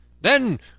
Then